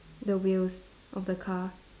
the wheels of the car